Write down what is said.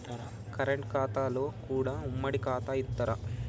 Current ఖాతాలో కూడా ఉమ్మడి ఖాతా ఇత్తరా?